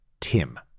Tim